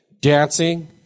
dancing